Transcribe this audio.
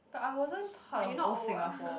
but I wasn't part of old Singapore